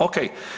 Ok.